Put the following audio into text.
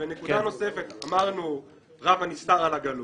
נקודה נוספת אמרנו, רב הנסתר על הגלוי.